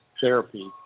therapy